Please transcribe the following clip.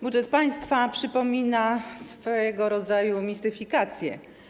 Budżet państwa przypomina swego rodzaju mistyfikację.